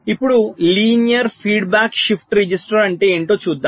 ఇప్పుడు linear feedback shift register అంటే ఏమిటో చూద్దాం